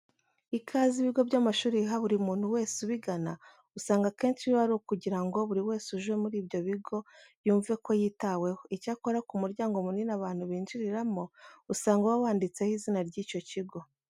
Ikaze ibigo by'amashuri biha buri muntu wese ubigana usanga akenshi biba ari ukugira ngo buri wese uje muri ibyo bigo yumve ko yitaweho. Icyakora ku muryango munini abantu binjiriramo usanga uba wanditseho izina ry'icyo kigo.